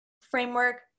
framework